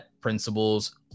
principles